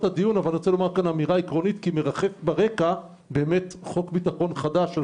הדיון מכיוון שמרחף ברגע חוק ביטחון חדש.